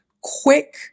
quick